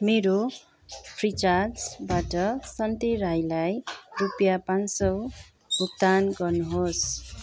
मेरो फ्रिचार्जबाट सन्ते राईलाई रुपिया पाँच सय भुक्तान गर्नुहोस्